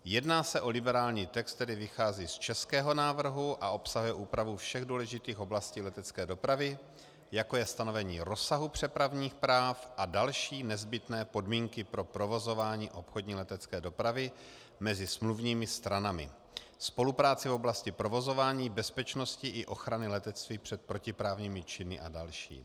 Jedná se o liberální text, který vychází z českého návrhu a obsahuje úpravu všech důležitých oblastí letecké dopravy, jako je stanovení rozsahu přepravních práv a další nezbytné podmínky pro provozování obchodní letecké dopravy mezi smluvními stranami, spolupráci v oblasti provozování, bezpečnosti i ochrany letectví před protiprávními činy a další.